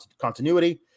continuity